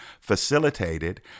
facilitated